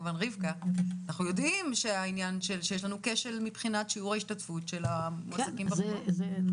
כשל בשיעור ההשתתפות בשוק העבודה,